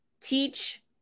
Teach